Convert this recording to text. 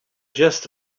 just